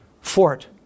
fort